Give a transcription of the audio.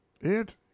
It